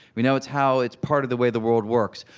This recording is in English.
we know it's how it's part of the way the world works.